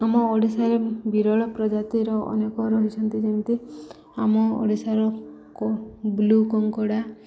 ଆମ ଓଡ଼ିଶାରେ ବିରଳ ପ୍ରଜାତିର ଅନେକ ରହିଛନ୍ତି ଯେମିତି ଆମ ଓଡ଼ିଶାର ବ୍ଲୁ କଙ୍କଡ଼ା